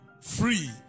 free